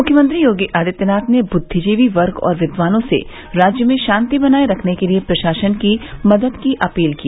मुख्यमंत्री योगी आदित्यनाथ ने बुद्विजीवी वर्ग और विद्वानों से राज्य में शांति बनाए रखने के लिए प्रशासन की मदद की अपील की